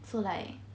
so like